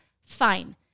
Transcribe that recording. Fine